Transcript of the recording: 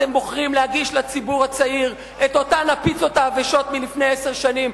אתם בוחרים להגיש לציבור הצעיר את אותן הפיצות העבשות מלפני עשר שנים.